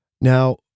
Now